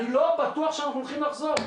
אני לא בטוח שאנחנו הולכים לחזור.